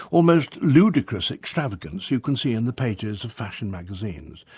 almost ludicrous extravagance you can see in the pages of fashion magazines.